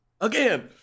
Again